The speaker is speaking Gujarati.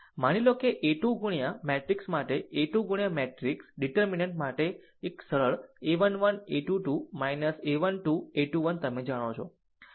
માની લો કે a 2 ગુણ્યા મેટ્રિક્સ માટે a 2 ગુણ્યા મેટ્રિક્સ ડીટેર્મિનન્ટ માટે જ એક સરળ a 1 1 a 2 2 a 1 2 a 21 તમે જાણો છો